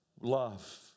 Love